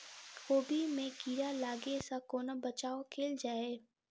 कोबी मे कीड़ा लागै सअ कोना बचाऊ कैल जाएँ?